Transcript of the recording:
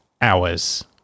hours